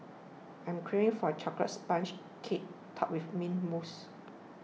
I am craving for a Chocolate Sponge Cake Topped with Mint Mousse